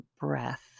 breath